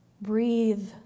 Breathe